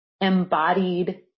embodied